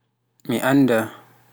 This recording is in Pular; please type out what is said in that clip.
Mi anndaa